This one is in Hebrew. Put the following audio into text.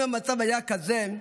אם המצב היה כזה,